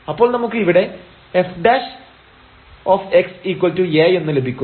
അപ്പോൾ നമുക്ക് ഇവിടെ f A എന്ന് ലഭിക്കുന്നു